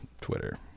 Twitter